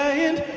and